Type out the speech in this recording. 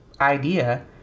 idea